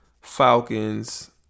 Falcons